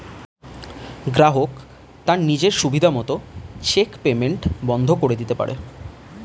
গ্রাহক তার নিজের সুবিধা মত চেক পেইমেন্ট বন্ধ করে দিতে পারে